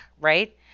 right